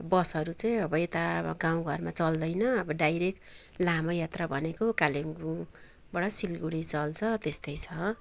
बसहरू चाहिँ अब यता गाउँघरमा चल्दैन अब डाइरेक्ट लामो यात्रा भनेको कालिम्पोङबाट सिलगढी चल्छ त्यस्तै छ